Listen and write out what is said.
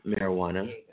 marijuana